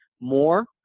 more